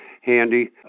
handy